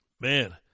Man